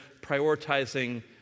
prioritizing